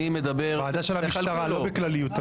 ועדה של המשטרה, לא בכלליות.